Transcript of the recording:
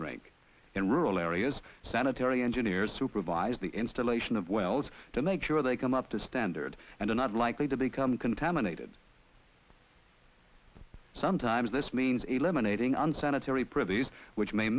drink in rural areas sanitary engineers supervise the installation of wells to make sure they come up to standard and are not likely to become contaminated someday times this means eliminating unsanitary privies which may